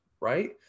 right